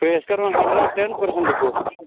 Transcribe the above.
ہَے أسۍ کَرو وۅنۍ ہنٛڈرنٛڈ اینٛڈ ٹٮ۪ن پٔرسنٛٹہٕ کوٗشِش